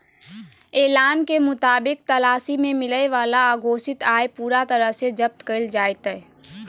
ऐलान के मुताबिक तलाशी में मिलय वाला अघोषित आय पूरा तरह से जब्त कइल जयतय